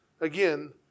Again